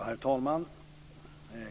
Herr talman!